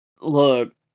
Look